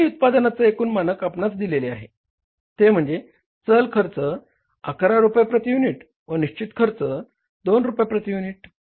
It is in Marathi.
आणि उत्पादनाचा एकूण मानक आपणास दिलेले आहे ते म्हणजे चल खर्च 11 रुपये प्रती युनिट व निश्चित खर्च 2 रुपये प्रती युनिट आहे